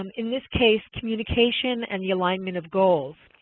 and in this case, communication and the alignment of goals.